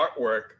artwork